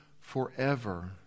forever